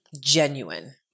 genuine